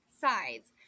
sides